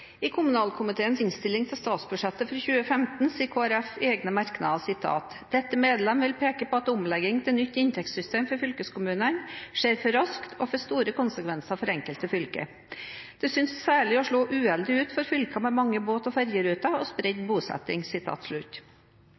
I kommunalkomiteens innstilling til statsbudsjettet for 2015 sier Kristelig Folkeparti i en egen merknad: «Dette medlem vil peke på at omleggingen til nytt inntektssystem for fylkeskommunene skjer for raskt og får store konsekvenser for enkelte fylker. Det synes særlig å slå uheldig ut for fylker med mange båt- og fergeruter og spredt bosetting.»